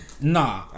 Nah